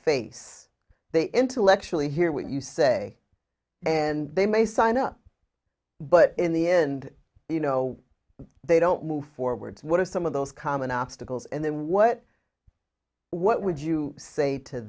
face they intellectually hear what you say and they may sign up but in the end you know they don't move forward so what are some of those common obstacles and then what what would you say to